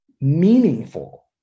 meaningful